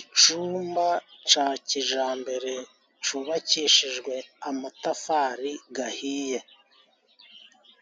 Icumba ca kijambere cubakishijwe amatafari gahiye.